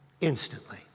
instantly